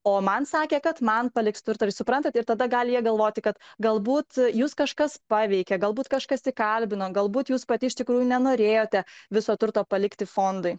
o man sakė kad man paliks turto ir suprantate ir tada gali ją galvoti kad galbūt jus kažkas paveikė galbūt kažkas įkalbino galbūt jūs pati iš tikrųjų nenorėjote viso turto palikti fondui